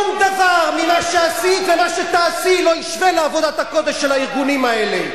שום דבר ממה שעשית ומה שתעשי לא ישווה לעבודת הקודש של הארגונים האלה.